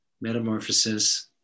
metamorphosis